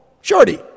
Shorty